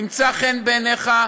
ימצא חן בעיניך,